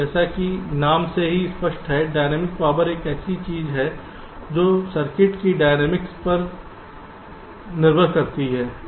जैसा कि नाम से ही स्पष्ट है डायनेमिक पावर एक ऐसी चीज है जो सर्किट की डायनामिक्स पर निर्भर करती है